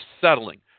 settling